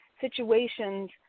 situations